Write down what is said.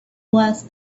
was